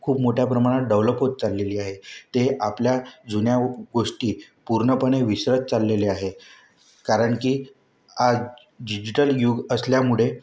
खूप मोठ्या प्रमाणात डव्हलप होत चाललेली आहे ते आपल्या जुन्या गोष्टी पूर्णपणे विसरत चाललेले आहे कारण की आज डिजिटल युग असल्यामुळे